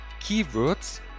keywords